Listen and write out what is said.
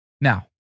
Now